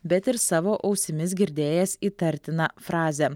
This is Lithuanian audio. bet ir savo ausimis girdėjęs įtartiną frazę